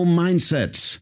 mindsets